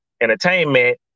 entertainment